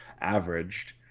averaged